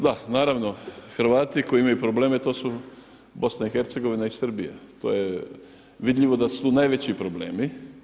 Da, naravno Hrvati koji imaju probleme to su BiH-a i Srbija, to je vidljivo da su tu najveći problemi.